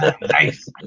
Nice